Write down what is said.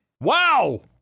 Wow